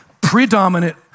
predominant